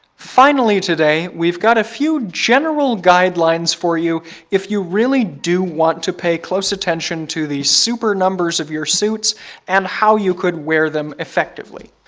finally today, we've got a few general guidelines for you if you really do want to pay close attention to the super numbers of your suits and how you could wear them effectively.